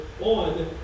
on